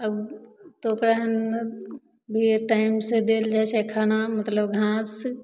तऽ ओकरा भी हम टाइमसे देल जाइ छै खाना मतलब घास